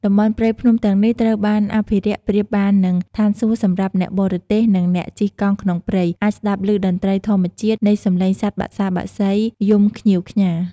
តំបន់ព្រៃភ្នំទាំងនេះត្រូវបានអភរិក្សប្រៀបបាននឹងឋានសួគ៌សម្រាប់អ្នកបររទេសនិងអ្នកជិះកង់ក្នុងព្រៃ អាចស្តាប់ឭតន្រ្តីធម្មជាតិ នៃសម្លេងសត្វបក្សាបក្សីយំខ្ញៀវខ្ញា។